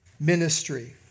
ministry